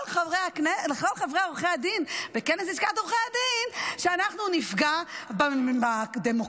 חברי עורכי הדין בכנס לשכת עורכי הדין שאנחנו נפגע בדמוקרטיה,